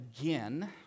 again